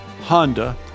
Honda